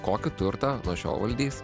kokį turtą nuo šiol valdys